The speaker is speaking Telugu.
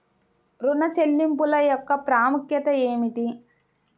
ఋణ చెల్లింపుల యొక్క ప్రాముఖ్యత ఏమిటీ?